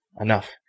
enough